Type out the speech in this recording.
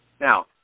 Now